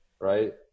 right